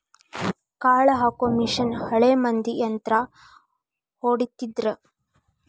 ಕಾಳ ಹಾಕು ಮಿಷನ್ ಹಳೆ ಮಂದಿ ಯಂತ್ರಾ ಹೊಡಿತಿದ್ರ